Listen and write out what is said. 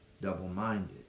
double-minded